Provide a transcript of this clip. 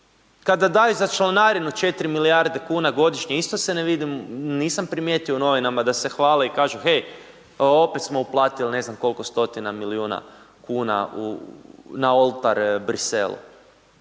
Kada daju za članarinu 4 milijarde kuna godišnje, isto se ne vide, nisam primijetio u novinama da se hvale i kažu, hej, opet smo uplatili ne znam koliko stotina milijuna kuna na oltar Bruxellesa.